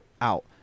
out